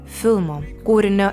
filmo kūrinio